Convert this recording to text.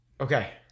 Okay